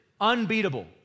Unbeatable